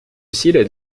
усилия